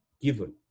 given